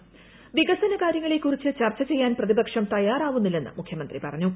്വികസന കാര്യങ്ങളെ കുറിച്ച് ചർച്ച ചെയ്യാൻ പ്രതിപ്പക്ഷം തയ്യാറാവുന്നില്ലെന്ന് മുഖ്യമന്ത്രി പറഞ്ഞു